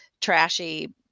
trashy